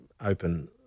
open